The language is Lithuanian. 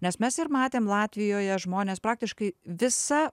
nes mes ir matėm latvijoje žmonės praktiškai visa